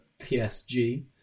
PSG